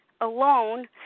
alone